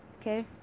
okay